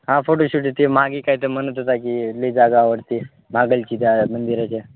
हां फोटोशूट येते मागे काय ते म्हणत होता की लई जागा आवडती मागलची त्या मंदिराच्या